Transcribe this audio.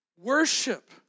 Worship